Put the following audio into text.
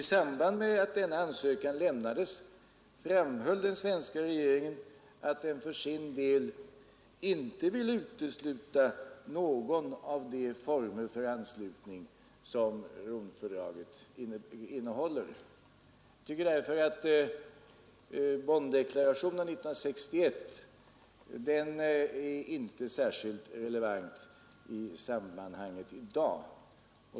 I samband med att denna ansökan lämnades framhöll den svenska regeringen, att den för sin del inte ville utesluta någon av de former för anslutning som Romfördraget innehåller. Jag tycker därför att Bonndeklarationen 1961 i dag inte är särskilt relevant i sammanhanget.